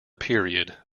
period